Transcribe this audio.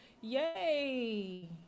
yay